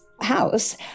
house